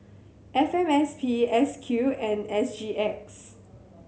F M S P S Q and S G X